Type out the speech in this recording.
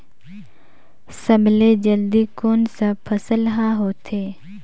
सबले जल्दी कोन सा फसल ह होथे?